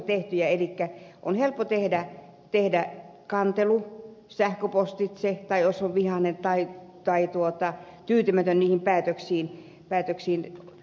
elikkä on helppo tehdä kantelu sähköpostitse tai jos on vihainen tai tyytymätön niihin päätöksiin